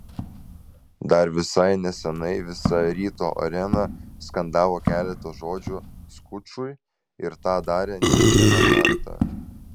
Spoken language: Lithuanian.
dar visai nesenai visa ryto arena skandavo keletą žodžių skučui ir tą darė ne vieną kartą